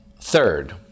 Third